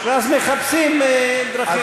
ואז מחפשים דרכים.